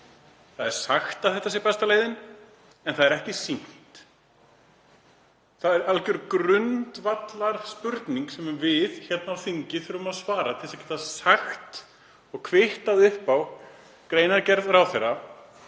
er sagt að þetta sé besta leiðin en það er ekki sýnt. Það er algjör grundvallarspurning sem við hér á þingi þurfum að svara til að geta kvittað upp á greinargerð ráðherra